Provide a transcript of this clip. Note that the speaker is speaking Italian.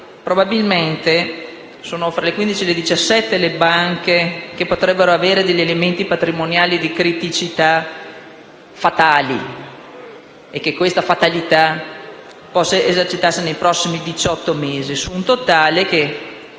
probabilmente sono tra 15 e 17 le banche che potrebbero avere elementi patrimoniali di criticità fatali, e che questa fatalità potrebbe esercitarsi nei prossimi diciotto mesi, su un totale di